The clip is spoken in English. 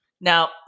Now